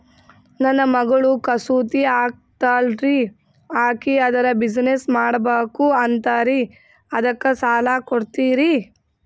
ನನ್ನ ಮಗಳು ಕಸೂತಿ ಹಾಕ್ತಾಲ್ರಿ, ಅಕಿ ಅದರ ಬಿಸಿನೆಸ್ ಮಾಡಬಕು ಅಂತರಿ ಅದಕ್ಕ ಸಾಲ ಕೊಡ್ತೀರ್ರಿ?